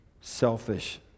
selfish